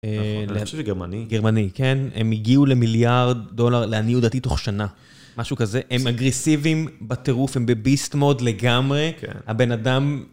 - נכון, אני חושב שזה גרמני. - גרמני, כן. הם הגיעו למיליארד דולר, לעניות דעתי תוך שנה. משהו כזה. הם אגרסיביים בטירוף, הם בביסט מוד לגמרי. כן. הבן אדם...